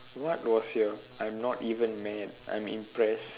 what was your I'm not even mad I'm impressed